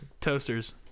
toasters